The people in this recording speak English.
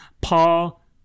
Paul